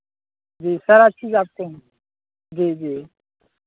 जी सारा चीज़ आपको हम जी जी